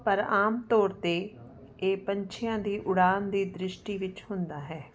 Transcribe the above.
ਪਰ ਆਮ ਤੌਰ 'ਤੇ ਇਹ ਪੰਛੀਆਂ ਦੀ ਉੜਾਨ ਦੀ ਦ੍ਰਿਸ਼ਟੀ ਵਿੱਚ ਹੁੰਦਾ ਹੈ